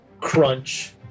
Crunch